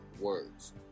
words